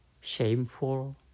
shameful